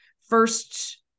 first